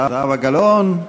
זהבה גלאון,